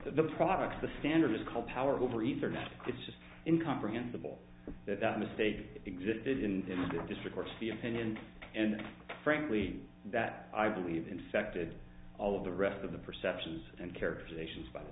the products the standard is called power of ovaries or not it's just in comprehensible that that mistake existed in the district or to the opinion and frankly that i believe infected all of the rest of the perceptions and characterizations by the